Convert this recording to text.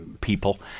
people